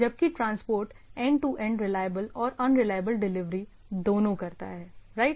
जबकि transport end to end reliable और unreliable delivery दोनों करता है राइट